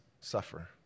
suffer